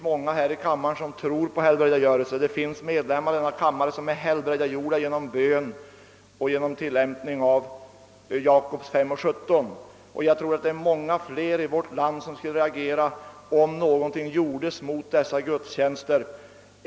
Många här i kammaren tror på helbrägdagörelse; det finns ledamöter här som är helbrägdagjorda genom bön och genom tillämpning av Jakob 5:17. Många i vårt land skulle säkerligen reagera om åtgärder vidtoges mot dessa gudstjänster.